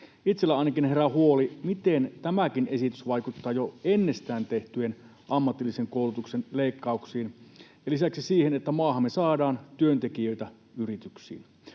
Itselleni ainakin herää huoli, miten tämäkin esitys vaikuttaa jo ennestään tehtyihin ammatillisen koulutuksen leikkauksiin ja lisäksi siihen, että maahamme saadaan työntekijöitä yrityksiin.